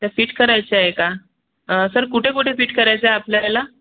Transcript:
ते फिट करायचा आहे का सर कुठे कुठे फिट करायचा आहे आपल्याला